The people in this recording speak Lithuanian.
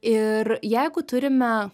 ir jeigu turime